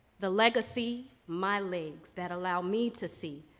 the legacy, my legs, that allow me to see.